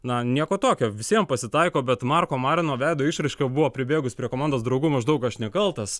na nieko tokio visiem pasitaiko bet marko marino veido išraiška buvo pribėgus prie komandos draugų maždaug aš nekaltas